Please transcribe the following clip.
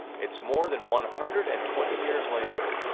it's more than one hundred and twenty years later.